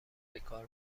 بکار